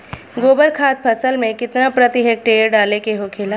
गोबर खाद फसल में कितना प्रति हेक्टेयर डाले के होखेला?